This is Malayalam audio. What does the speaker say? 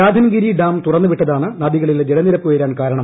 രാധൻഗിരി ഡാം തുറന്നു വിട്ടതാണ് നദികളിൽ ജലനിരപ്പുയരാൻ കാരണം